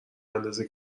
اندازه